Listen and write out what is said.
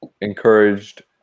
encouraged